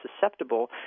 susceptible